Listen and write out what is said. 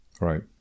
Right